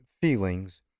feelings